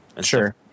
Sure